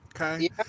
Okay